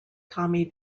tommy